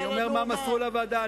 אני אומר מה מסרו לוועדה.